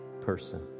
person